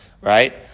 right